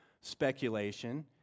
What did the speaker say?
speculation